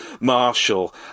Marshall